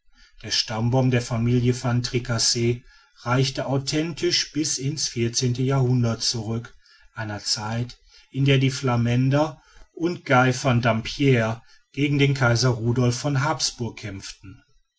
der stammbaum der familie van tricasse reichte authentisch bis in's vierzehnte jahrhundert zurück einer zeit in der die flamänder und gui von dampierre gegen den kaiser rudolf von habsburg kämpften